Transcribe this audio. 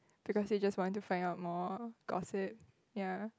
because they just want to find out more gossip ya